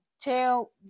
tell